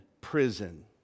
prison